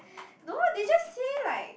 no they just say like